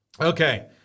Okay